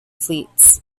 fleets